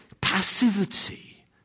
passivity